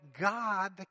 God